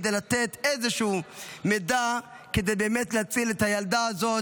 כדי לתת איזשהו מידע כדי באמת להציל את הילדה הזאת,